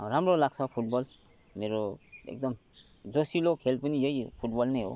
राम्रो लाग्छ फुटबल मेरो एकदम जोसिलो खेल पनि यही फुटबल नै हो